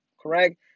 correct